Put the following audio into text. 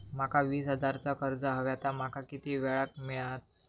माका वीस हजार चा कर्ज हव्या ता माका किती वेळा क मिळात?